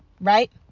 right